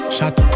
Shot